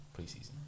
preseason